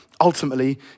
ultimately